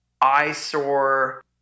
eyesore